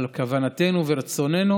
אבל בכוונתנו וברצוננו